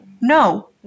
no